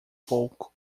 pouco